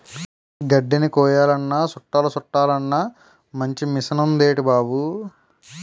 గడ్దిని కొయ్యాలన్నా సుట్టలు సుట్టలన్నా మంచి మిసనుందేటి బాబూ